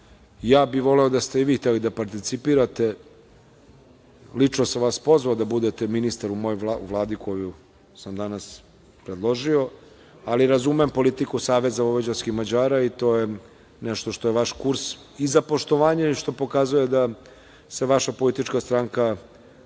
ja bih voleo da ste i vi hteli da participirate. Lično sam vas pozvao da budete ministar u Vladi koju sam danas predložio, ali razumem politiku SVM i to je nešto što je vaš kurs i za poštovanje je što pokazuje da se vaša politička stranka ne